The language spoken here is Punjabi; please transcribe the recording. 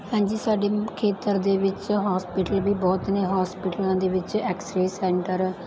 ਹਾਂਜੀ ਸਾਡੇ ਖੇਤਰ ਦੇ ਵਿੱਚ ਹੋਸਪਿਟਲ ਵੀ ਬਹੁਤ ਨੇ ਹੋਸਪਿਟਲਾਂ ਦੇ ਵਿੱਚ ਐਕਸਰੇ ਸੈਂਟਰ